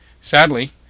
Sadly